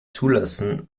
zulassen